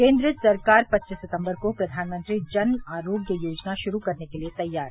केन्द्र सरकार पच्चीस सितम्बर को प्रधानमंत्री जन आरोग्य योजना शुरू करने के लिए तैयार